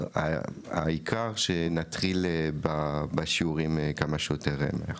העיקר שנתחיל בשיעורים כמה שיותר מהר.